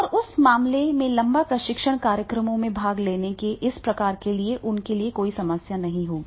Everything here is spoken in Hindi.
और उस मामले में लंबे प्रशिक्षण कार्यक्रमों में भाग लेने के इस प्रकार के लिए उनके लिए कोई समस्या नहीं होगी